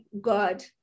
God